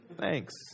Thanks